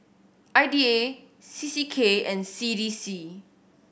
I D A C C K and C D C